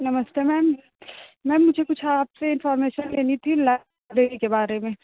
नमस्ते ma'am ma'am मुझे कुछ आपसे इनफार्मेशन लेनी थी लाबेरी के बारे में